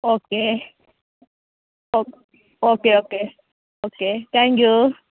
okay oh okay okay okay thank you